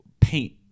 paint